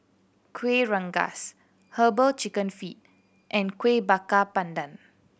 Kuih Rengas Herbal Chicken Feet and Kuih Bakar Pandan